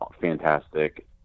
fantastic